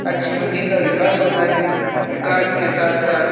अच्छी बुद्धि का विकास होता है विकास के साथ साथ